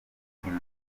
bafite